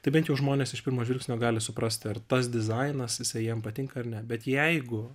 tai bent jau žmonės iš pirmo žvilgsnio gali suprasti ar tas dizainas jisai jiem patinka ar ne bet jeigu